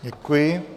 Děkuji.